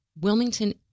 Wilmington